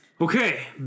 Okay